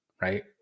right